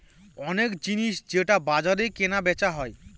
অনেক জিনিস যেটা বাজারে কেনা বেচা হয়